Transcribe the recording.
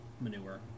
manure